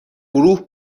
گروه